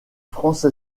france